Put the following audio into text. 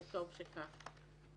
וטוב שכך.